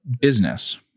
business